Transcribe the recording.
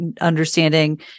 understanding